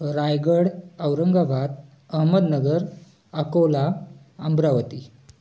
Raigad Aurangabad Ahmednagar Akola Amravati